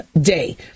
day